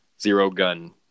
zero-gun